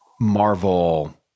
Marvel